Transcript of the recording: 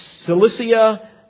Cilicia